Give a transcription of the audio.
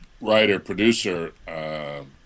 writer-producer